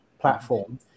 platform